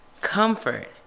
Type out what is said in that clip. Comfort